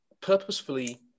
purposefully